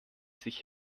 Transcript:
sich